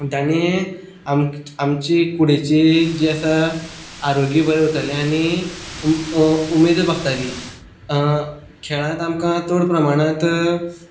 आनी आमची आमची कुडीची जी आसा आरोग्य बरें उरतालें आनी उमेद भागताली खेळांत आमकां चड प्रमाणांत